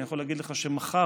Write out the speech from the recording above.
אני יכול להגיד לך שמחר